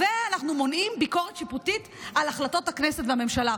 ואנחנו מונעים ביקורת שיפוטית על החלטות הכנסת והממשלה.